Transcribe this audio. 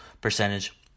percentage